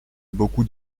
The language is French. beaucoup